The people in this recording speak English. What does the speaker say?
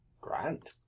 grand